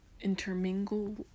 intermingle